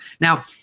Now